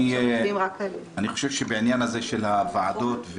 אני חושב שבעניין הזה של הוועדות,